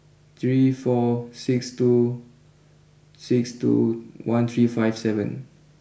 three four six two six two one three five seven